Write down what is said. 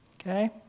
Okay